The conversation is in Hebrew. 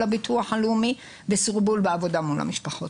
הביטוח הלאומי וסרבול בעבודה מול המשפחות.